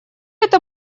это